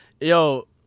Yo